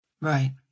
right